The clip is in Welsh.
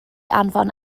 anfon